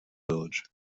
village